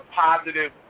positive